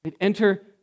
Enter